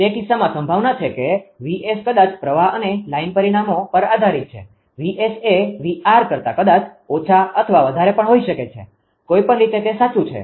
તે કિસ્સામાં સંભાવના છે કે 𝑉𝑆 કદાચ પ્રવાહ અને લાઇન પરિમાણો પર આધારીત છે 𝑉𝑆 એ 𝑉𝑅 કરતા કદાચ ઓછા અથવા વધારે પણ હોઈ શકે છે કોઈપણ રીતે તે સાચું છે